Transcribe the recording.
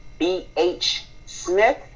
bhsmith